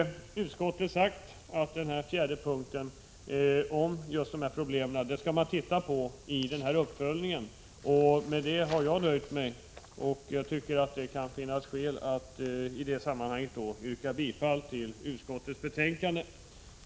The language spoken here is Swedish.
Utskottet har sagt att man vid uppföljningen skall se över de problem som tas upp i den fjärde punkten. Jag har nöjt mig med detta, och jag tycker att det kan finnas skäl att i detta sammanhang yrka bifall till hemställan i utskottets betänkande.